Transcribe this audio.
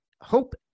Hope